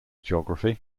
geography